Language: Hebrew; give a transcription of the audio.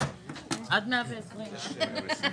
לכן זה משרד הפנים ומשרד הדתות.